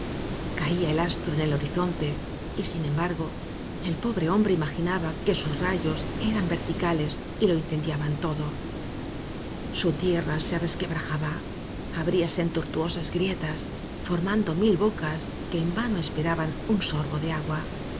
caía el astro en el horizonte y sin embargo el pobre hombre se imaginaba que sus rayos eran verticales y lo incendiaban todo su tierra se resquebrajaba abríase en tor tuosas grietas formando mil bocas que en vano esperaban un sorbo de agua